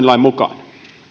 lain mukaan